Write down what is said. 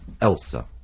Elsa